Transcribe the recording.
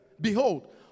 Behold